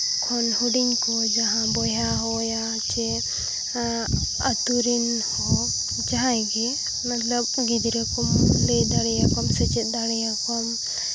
ᱠᱷᱚᱱ ᱦᱩᱰᱤᱧ ᱠᱚ ᱡᱟᱦᱟᱸ ᱵᱚᱭᱦᱟ ᱦᱚᱭᱟ ᱪᱮ ᱟᱛᱳ ᱨᱮᱱ ᱦᱚᱸ ᱡᱟᱦᱟᱸᱭ ᱜᱮ ᱢᱚᱛᱞᱚᱵ ᱜᱤᱫᱽᱨᱟᱹ ᱠᱚ ᱞᱟᱹᱭ ᱫᱟᱲᱮᱭᱟᱠᱚᱣᱟᱢ ᱥᱮᱪᱮᱫ ᱫᱟᱲᱮᱭᱟᱠᱚᱣᱟᱢ